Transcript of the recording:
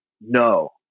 No